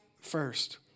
first